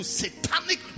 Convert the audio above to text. satanic